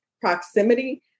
proximity